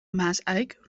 maaseik